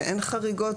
שאין חריגות.